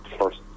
first